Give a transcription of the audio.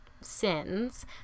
sins